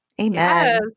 Amen